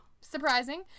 surprising